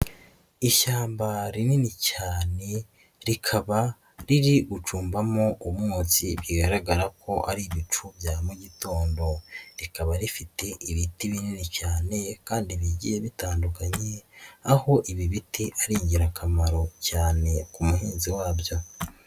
Ishyamba rinini cyane rikaba riri gucumbamo umwotsi bigaragara ko ari ibicu bya mu gitondo, rikaba rifite ibiti binini cyane kandi bigiye bitandukanye aho ibi biti ari ingirakamaro cyane ku muhinzi wabyo.